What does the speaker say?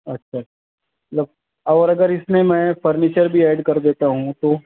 اچھا مطلب اور اگر اس میں میں فرنیچر بھی ایڈ کر دیتا ہوں تو